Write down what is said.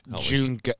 June